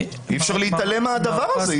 אי-אפשר להתעלם מהדבר הזה.